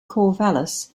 corvallis